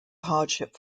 hardship